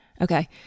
Okay